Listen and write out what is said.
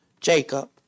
Jacob